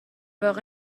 واقع